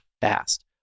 fast